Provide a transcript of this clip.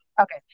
Okay